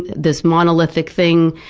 this monolithic thing.